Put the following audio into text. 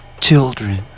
children